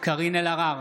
קארין אלהרר,